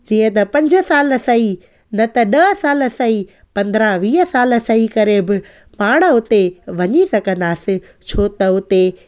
जीअं त पंज साल सही न त ॾह साल सई पंद्रहं वीह साल सही करे बि पाण उते वञी सघंदासे छो त उते